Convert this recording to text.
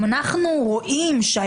אנחנו לא נאריך אם אנחנו רואים שהיה